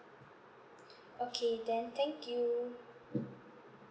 okay then thank you